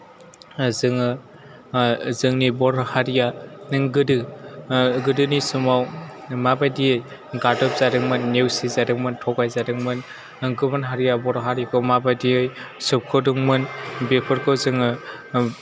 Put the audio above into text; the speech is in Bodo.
जोङो जोंनि बर' हारिया नों गोदो गोदोनि समाव माबायदियै गादब जादोंमोन नेवसि जादोंमोन थगाय जादोंमोन गुबुन हारिया बर' हारिखौ मा बायदियै सोबख'दोंमोन बेफोरखौ जोङो